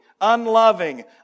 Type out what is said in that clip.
unloving